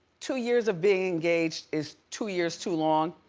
two years of being engaged is two years too long.